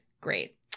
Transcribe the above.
Great